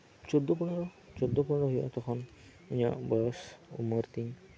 ᱪᱳᱫᱫᱳ ᱯᱚᱱᱮᱨᱚ ᱪᱳᱫᱫᱳ ᱯᱚᱱᱮᱨᱚ ᱦᱩᱭᱩᱜᱼᱟ ᱛᱚᱠᱷᱚᱱ ᱤᱧᱟᱹᱜ ᱵᱚᱭᱚᱥ ᱩᱢᱮᱨ ᱛᱤᱧ